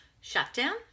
shutdown